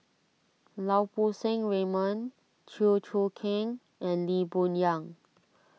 Lau Poo Seng Raymond Chew Choo Keng and Lee Boon Yang